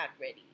ready